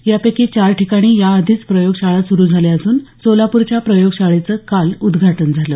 यापैकी चार ठिकाणी याआधीच प्रयोग शाळा सुरु झाल्या असून सोलापूरच्या प्रयोगशाळेचं काल उद्घाटन झालं